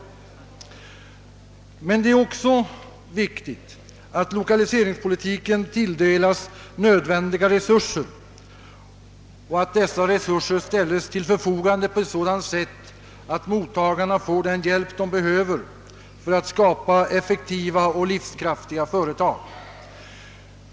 Det är emellertid också viktigt att lokaliseringspolitiken tilldelas nödvändiga resurser och att dessa resurser ställs till förfogande på ett sådant sätt, att mottagarna får den hjälp de behöver för att skapa effektiva och livskraftiga företag.